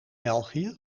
belgië